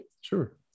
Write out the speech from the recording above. Sure